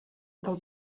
del